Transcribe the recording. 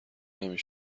نمی